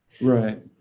Right